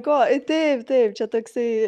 ko taip taip čia toksai